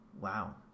Wow